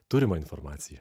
turimą informaciją